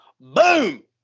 boom